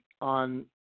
on